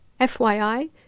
FYI